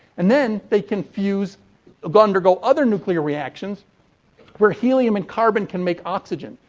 and then, they can fuse ah undergo other nuclear reactions where helium and carbon can make oxygen.